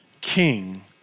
king